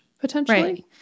potentially